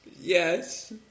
Yes